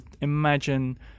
Imagine